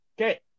Okay